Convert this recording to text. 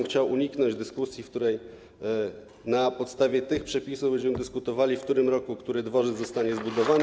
Chciałbym uniknąć dyskusji, w której na podstawie tych przepisów będziemy dyskutowali, w którym roku który dworzec zostanie zbudowany.